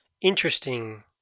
Interesting